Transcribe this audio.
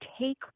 take